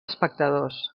espectadors